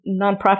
nonprofit